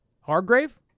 Hargrave